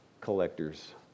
collector's